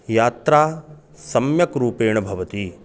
यात्रा सम्यक्रूपेण भवति